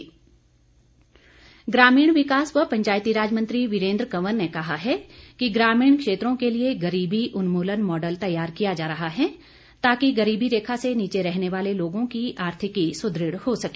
वीरेंद्र कंवर ग्रामीण विकास व पंचायतीराज मंत्री वीरेन्द्र कंवर ने कहा है कि ग्रामीण क्षेत्रों के लिए गरीबी उन्मूलन मॉडल तैयार किया जा रहा है ताकि गरीबी रेखा से नीचे रहने वाले लोगों की आर्थिकी सुदृढ़ हो सके